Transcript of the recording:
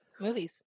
movies